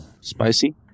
spicy